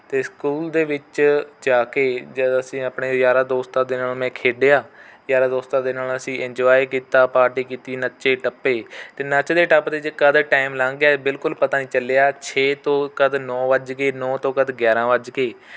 ਅਤੇ ਸਕੂਲ ਦੇ ਵਿੱਚ ਜਾ ਕੇ ਜਦੋਂ ਅਸੀਂ ਆਪਣੇ ਯਾਰਾਂ ਦੋਸਤਾਂ ਦੇ ਨਾਲ ਮੈਂ ਖੇਡਿਆ ਯਾਰਾਂ ਦੋਸਤਾਂ ਦੇ ਨਾਲ ਅਸੀਂ ਇਨਜੋਏ ਕੀਤਾ ਪਾਰਟੀ ਕੀਤੀ ਨੱਚੇ ਟੱਪੇ ਅਤੇ ਨੱਚਦੇ ਟੱਪਦੇ ਜੇ ਕਦੋਂ ਟਾਇਮ ਲੰਘ ਗਿਆ ਬਿਲਕੁਲ ਪਤਾ ਹੀ ਨਹੀਂ ਚੱਲਿਆ ਛੇ ਤੋਂ ਕਦੋਂ ਨੌਂ ਵੱਜ ਗਏ ਨੌਂ ਤੋਂ ਕਦੋਂ ਗਿਆਰ੍ਹਾਂ ਵੱਜ ਗਏ